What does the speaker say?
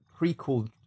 prequel